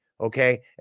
Okay